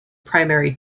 primary